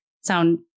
sound